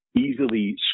easily